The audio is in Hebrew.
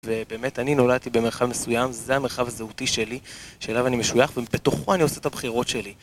ובאמת, אני נולדתי במרחב מסוים, זה המרחב הזהותי שלי, שאליו אני משוייך, ובתוכו אני עושה את הבחירות שלי.